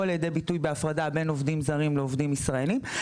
לידי ביטוי בהפרדה בין עובדים זרים לעובדים ישראלים.